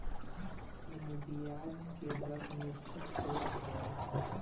एमे बियाज के दर निश्चित होत हवे